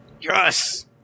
Yes